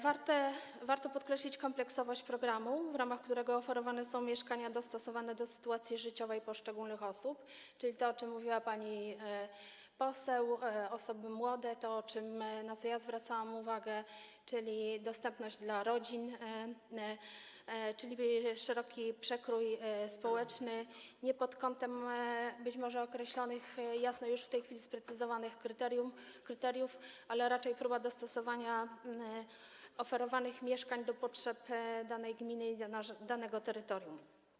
Warto podkreślić kompleksowość programu, w którego ramach oferowane są mieszkania dostosowane do sytuacji życiowej poszczególnych osób, czyli to, o czym mówiła pani poseł, chodzi o osoby młode, to, na co ja zwracałam uwagę, czyli dostępność dla rodzin, a więc chodzi o szeroki przekrój społeczny, nie pod kątem być może określonych, jasno już w tej chwili sprecyzowanych kryteriów, ale raczej o próbę dostosowania oferowanych mieszkań do potrzeb danej gminy i danego terytorium.